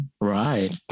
Right